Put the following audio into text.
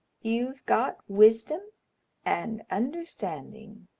you've got wisdom and understanding.